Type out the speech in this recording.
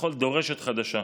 לכל דורשת חדשה.